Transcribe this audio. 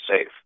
safe